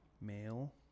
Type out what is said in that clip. Male